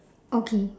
okay